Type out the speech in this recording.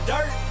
Dirt